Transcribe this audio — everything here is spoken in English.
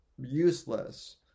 useless